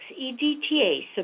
EDTA